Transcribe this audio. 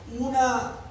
una